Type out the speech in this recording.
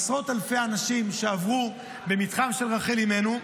עשרות אלפי אנשים שעברו במתחם של רחל אימנו.